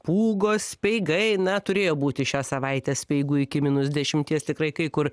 pūgos speigai na turėjo būti šią savaitę speigų iki minus dešimties tikrai kai kur